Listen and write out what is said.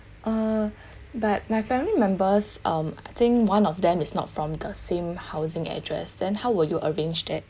uh but my family members um I think one of them is not from the same housing address then how will you arrange that